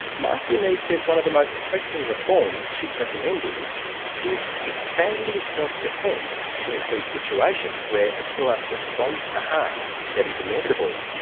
marcia neave says one of the most pressing reforms she's recommending is expanding self-defence to include situations where a killer responds to harm that is inevitable,